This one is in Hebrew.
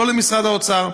לא למשרד האוצר.